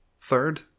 third